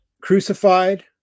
crucified